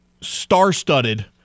star-studded